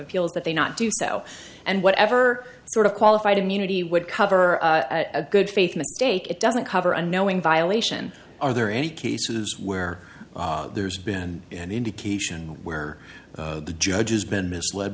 appeals that they not do so and whatever sort of qualified immunity would cover a good faith mistake it doesn't cover a knowing violation are there any cases where there's been an indication where the judges been misled